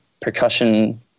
percussion